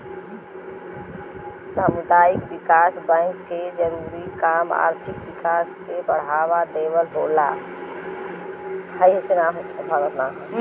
सामुदायिक विकास बैंक के जरूरी काम आर्थिक विकास के बढ़ावा देवल होला